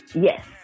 Yes